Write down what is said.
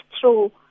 true